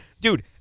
Dude